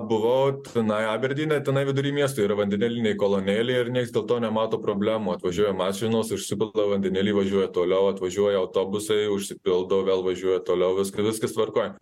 buvau tenai aberdyne tenai vidury miesto yra vandenilinė kolonėlė ir niekas dėl to nemato problemų atvažiuoja mašinos užsipila vandenilį važiuoja toliau atvažiuoja autobusai užsipildo vėl važiuoja toliau visk viskas tvarkoj